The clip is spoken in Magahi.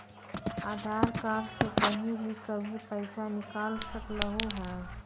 आधार कार्ड से कहीं भी कभी पईसा निकाल सकलहु ह?